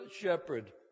shepherd